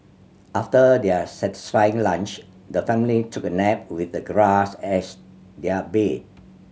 after their satisfying lunch the family took a nap with the grass as their bed